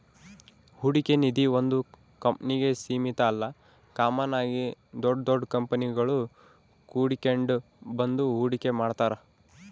ಹೂಡಿಕೆ ನಿಧೀ ಒಂದು ಕಂಪ್ನಿಗೆ ಸೀಮಿತ ಅಲ್ಲ ಕಾಮನ್ ಆಗಿ ದೊಡ್ ದೊಡ್ ಕಂಪನಿಗುಳು ಕೂಡಿಕೆಂಡ್ ಬಂದು ಹೂಡಿಕೆ ಮಾಡ್ತಾರ